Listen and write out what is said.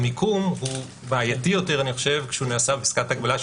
המיקום בעייתי יותר כשהוא נעשה בפסקת ההגבלה,